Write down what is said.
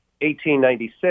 1896